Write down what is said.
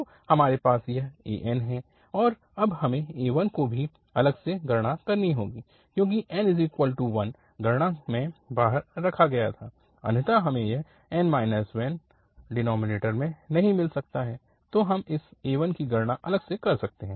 तो हमारे पास यह an है और अब हमें a1 की भी अलग से गणना करनी होगी क्योंकि n 1 गणना में बाहर रखा गया था अन्यथा हमें यह डिनोमिनेटर में नहीं मिल सकता हैं तो हम इस a1 की गणना अलग से कर सकते हैं